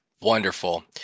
Wonderful